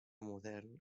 modern